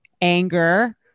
anger